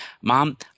mom